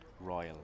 Royal